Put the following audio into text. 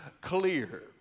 clear